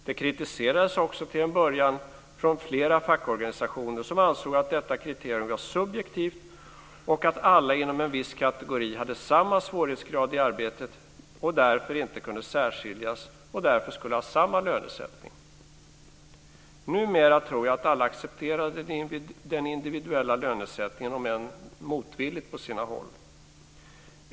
Det kritiserades också till en början från flera fackorganisationer, som ansåg att detta kriterium var subjektivt och att alla inom en viss kategori hade samma svårighetsgrad i arbetet och därför inte kunde särskiljas och skulle ha samma lönesättning. Numera tror jag att alla accepterar den individuella lönesättningen - om än motvilligt på sina håll.